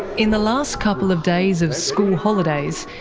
in the last couple of days of school holidays,